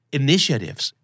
initiatives